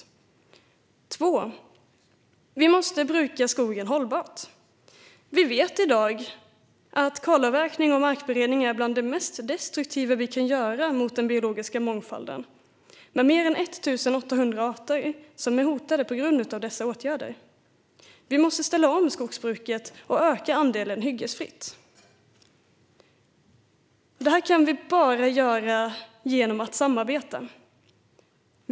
För det andra: Skogen måste brukas hållbart. Vi vet i dag att kalavverkning och markberedning är bland det mest destruktiva vi kan göra mot den biologiska mångfalden. Mer än 1 800 arter är hotade på grund av dessa åtgärder. Vi måste därför ställa om skogsbruket och öka andelen hyggesfritt. Det här kan vi bara göra genom att samarbeta.